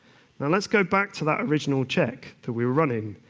and let's go back to that original check that we were running.